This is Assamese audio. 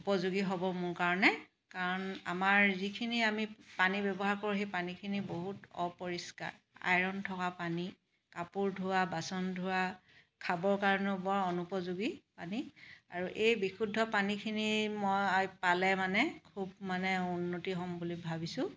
উপযোগী হ'ব মোৰ কাৰণে কাৰণ আমাৰ যিখিনি আমি পানী ব্যৱহাৰ কৰো সেই পানীখিনি বহুত অপৰিষ্কাৰ আইৰণ থকা পানী কাপোৰ ধোৱা বাচন ধোৱা খাবৰ কাৰণেও বৰ অনুপযোগী পানী আৰু এই বিশুদ্ধ পানীখিনি মই পালে মানে খুব মানে উন্নতি হ'ম বুলি ভাবিছোঁ